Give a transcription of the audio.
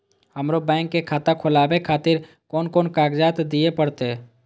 हमरो बैंक के खाता खोलाबे खातिर कोन कोन कागजात दीये परतें?